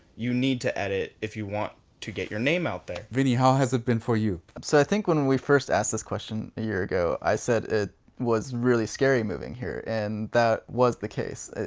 you need to edit, if you want to get your name out there. vinny, how has it been for you? um so, i think when we first asked this question a year ago, i said it was really scary moving here, and that was the case.